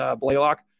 Blaylock